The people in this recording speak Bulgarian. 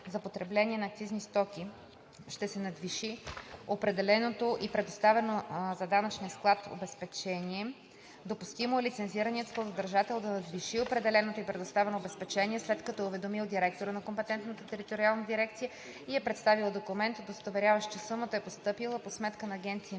за потребление на акцизни стоки ще се надвиши определеното и предоставено за данъчния склад обезпечение, допустимо е лицензираният складодържател да надвиши определеното и предоставено обезпечение, след като е уведомил директора на компетентната териториално дирекция и е представил документ, удостоверяващ, че сумата е постъпила по сметка на Агенция